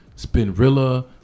Spinrilla